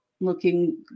looking